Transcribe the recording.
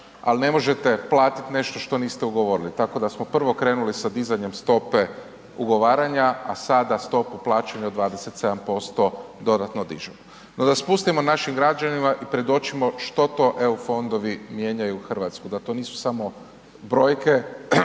al ne možete platit nešto što niste ugovorili, tako da smo prvo krenuli sa dizanjem stope ugovaranja, a sada stopu plaćanja od 27% dodatno dižemo. No da spustimo našim građanima i predočimo što to EU fondovi mijenjaju RH, da to nisu samo brojke